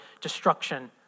destruction